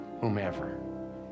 whomever